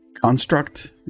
Construct